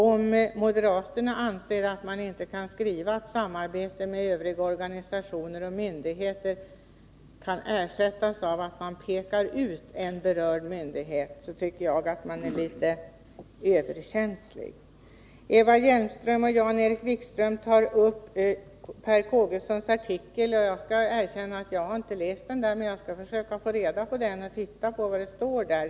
Om moderaterna inte anser att skrivningen om samarbete med övriga organisationer och myndigheter kan ersättas av att man pekar ut en berörd myndighet tycker jag att de är litet överkänsliga. Eva Hjelmström och Jan-Erik Wikström tog upp Per Kågesons artikel. Jag skall erkänna att jag inte har läst den. Jag skall försöka få tag på den och se vad som står där.